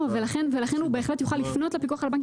ולכן הוא בהחלט יוכל לפנות לפיקוח על הבנקים